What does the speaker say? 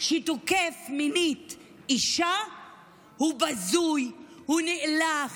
שתוקף מינית אישה הוא בזוי, הוא נאלח.